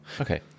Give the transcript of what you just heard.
Okay